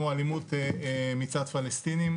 כמו "אלימות מצד פלסטינים",